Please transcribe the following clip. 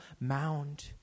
mound